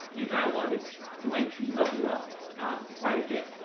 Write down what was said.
your dialogue is going to level up um quite a bit.